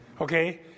Okay